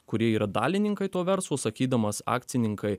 kurie yra dalininkai to verslo sakydamas akcininkai